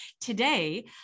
Today